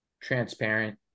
transparent